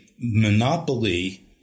monopoly